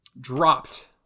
dropped